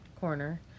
Corner